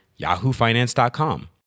yahoofinance.com